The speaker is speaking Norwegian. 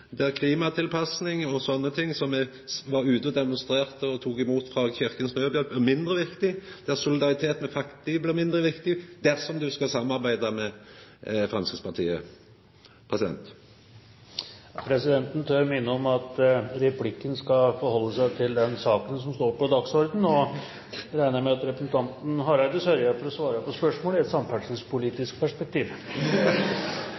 no, der klimatilpassing og sånne ting – som me var ute og demonstrerte og tok imot for Kirkens Nødhjelp – blir mindre viktig, der solidaritet med fattige blir mindre viktig, dersom Hareide skal samarbeida med Framstegspartiet? President tør minne om at replikken skal forholde seg til den saken som står på dagsordenen. Presidenten regner med at representanten Hareide sørger for å svare på spørsmålet i et